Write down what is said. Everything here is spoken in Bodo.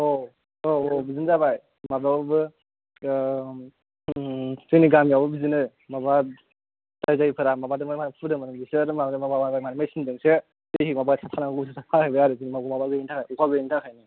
आव आव बिदिनो जाबाय माबायावबो आह जोंनि गामिआवबो बिदिनो जाय जाय फोरा माबादोंमोन माइ एसे फोदोंमोन बिसोर माबा माबा माबा माइगायसिनदों एसे अखा गैयिनि थाखाय